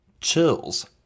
Chills